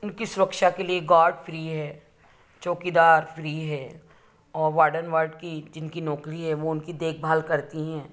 उनकी सुरक्षा के लिए गार्ड फ्री है चौकीदार फ्री है और वो वोर्डन वार्ड कि जिनकी नौकरी है वो उनकी देखभाल करती हैं